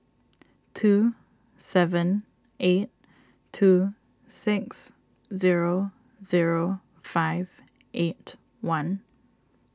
two seven eight two six zero zero five eight one